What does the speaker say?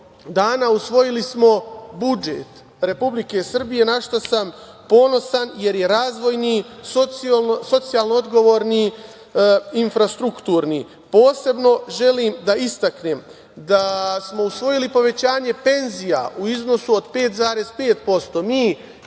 dana usvojili smo budžet Republike Srbije na šta sam ponosan, jer je razvojni, socijalno odgovorni, infrastrukturni. Posebno želim da istaknem da smo usvojili povećanje penzija u iznosu od 5,5%. Mi